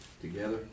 Together